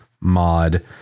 mod